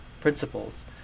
principles